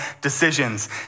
decisions